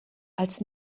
als